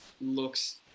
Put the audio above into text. looks